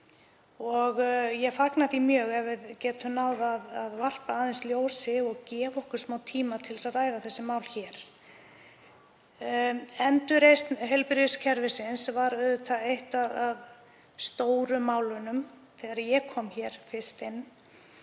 og ég fagna því mjög ef við getum náð að varpa aðeins ljósi á og gefa okkur smá tíma til að ræða þessi mál hér. Endurreisn heilbrigðiskerfisins var auðvitað eitt af stóru málunum þegar ég kom hér fyrst inn